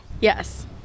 Yes